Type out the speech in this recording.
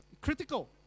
Critical